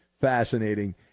fascinating